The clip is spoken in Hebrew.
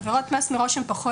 עבירות מס הן פחות